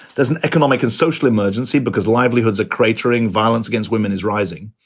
there's an economic and social emergency because livelihoods are cratering, violence against women is rising.